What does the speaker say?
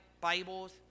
Bibles